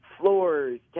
floors